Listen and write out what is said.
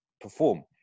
perform